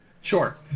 Sure